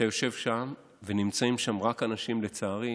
אתה יושב שם, ונמצאים שם, לצערי,